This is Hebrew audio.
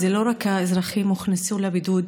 לא רק האזרחים הוכנסו לבידוד,